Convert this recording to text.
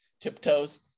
Tiptoes